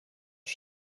pas